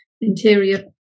interior